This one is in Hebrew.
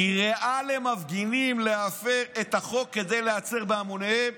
קריאה למפגינים להפר את החוק כדי להיעצר בהמוניהם